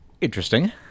Interesting